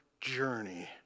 journey